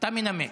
אתה מנמק.